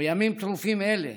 בימים טרופים אלה,